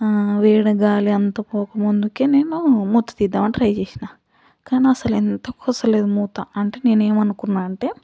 వేడి గాలి అంతా పోకముందుకే నేను మూత తీద్దామని ట్రై చేసినా కానీ అసలు ఎంతకూ వస్తలేదు మూత అంటే నేను ఏమనుకున్నా అంటే